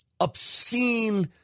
obscene